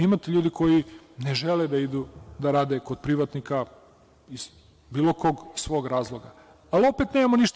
Imate ljudi koji ne žele da idu da rade kod privatnika iz bilo kog svog razloga, opet nemamo ništa.